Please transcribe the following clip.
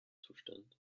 zustand